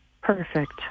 Perfect